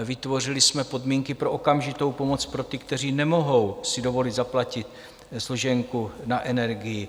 Vytvořili jsme podmínky pro okamžitou pomoc pro ty, kteří si nemohou dovolit zaplatit složenku na energii.